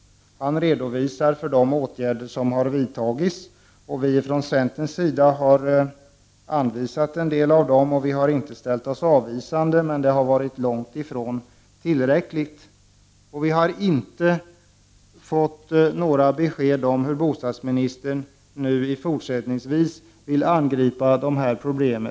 Han redovisar de åtgärder som har vidtagits. En del av dessa har föreslagits av centerpartiet, och vi har inte ställt oss avvisande i dessa sammanhang, men åtgärderna har varit långt ifrån tillräckliga. Vi har inte fått några besked om hur bostadsministern fortsättningsvis vill angripa dessa problem.